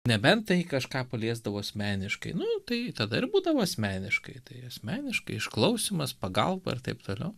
nebent tai kažką paliesdavo asmeniškai nu tai tada ir būdavo asmeniškai tai asmeniškai išklausymas pagalba ir taip toliau